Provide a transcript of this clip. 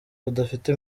rudafite